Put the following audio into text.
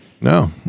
No